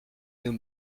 nous